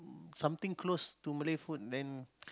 something close to Malay food then